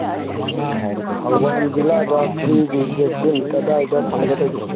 ꯊꯧꯕꯥꯜ ꯖꯤꯂꯥꯗ ꯐ꯭ꯔꯤꯒꯤ ꯚꯦꯛꯁꯤꯟ ꯀꯗꯥꯏꯗ ꯐꯪꯒꯗꯒꯦ